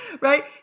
right